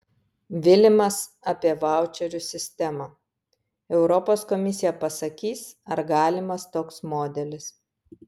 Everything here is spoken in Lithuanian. vilimas apie vaučerių sistemą europos komisija pasakys ar galimas toks modelis